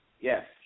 Yes